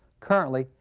currently,